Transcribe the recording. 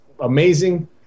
amazing